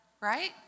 right